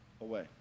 away